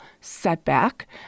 setback